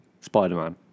Spider-Man